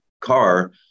car